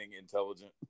intelligent